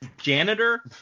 Janitor